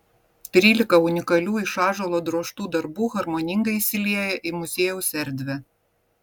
trylika unikalių iš ąžuolo drožtų darbų harmoningai įsilieja į muziejaus erdvę